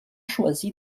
choisi